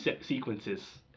sequences